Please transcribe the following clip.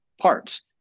parts